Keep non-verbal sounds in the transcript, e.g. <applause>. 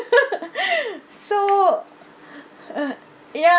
<laughs> so uh ya